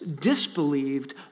disbelieved